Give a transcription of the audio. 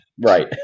right